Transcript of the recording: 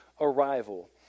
arrival